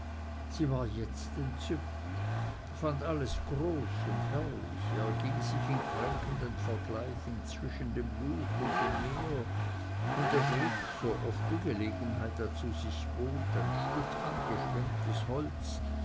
sie war jetzt entzückt fand alles groß und herrlich erging sich in kränkenden vergleichen zwischen dem luch und dem meer und ergriff sooft die gelegenheit dazu sich bot ein stück angeschwemmtes holz